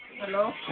Hello